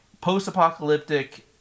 post-apocalyptic